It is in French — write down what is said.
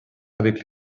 avec